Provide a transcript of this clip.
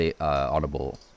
audible